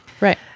Right